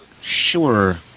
Sure